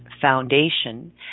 foundation